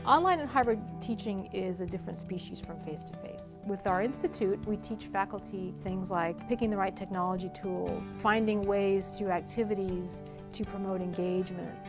online and hybrid teaching is a different species from face-to-face. with our institute, we teach faculty things like picking the right technology tools, finding ways through activities to promote engagement,